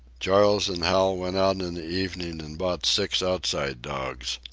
charles and hal went out in the evening and bought six outside dogs.